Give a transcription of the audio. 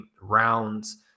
rounds